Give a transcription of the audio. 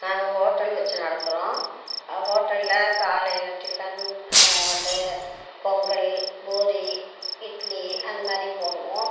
நாங்கள் ஹோட்டல் வச்சு நடத்துகிறோம் ஹோட்டலில் காலையில் டிஃபன் வந்து பொங்கல் பூரி இட்லி அந்த மாதிரி போடுவோம்